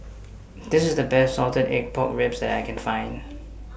This IS The Best Salted Egg Pork Ribs that I Can Find